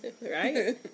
Right